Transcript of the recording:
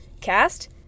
cast